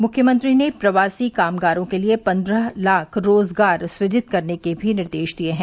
मुख्यमंत्री ने प्रवासी कामगारों के लिये पन्द्रह लाख रोजगार सृजित करने के भी निर्देश दिये हैं